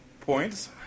points